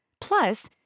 Plus